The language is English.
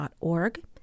org